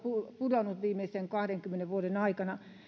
pudonnut viimeisten kahdenkymmenen vuoden aikana